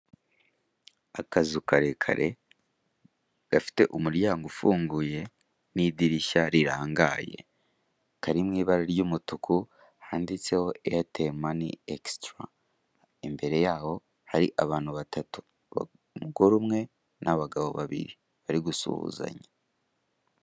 Akazu karekare gafite umuryango ufunguye n'idirishya rirangaye, kari mu ibara ry'umutuku handitseho airtel money extra, imbere yaho hari abantu batatu umugore umwe n'abagabo babiri bari gusuhuzanya.